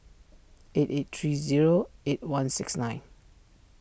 eight eight three zero eight one six nine